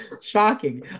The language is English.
Shocking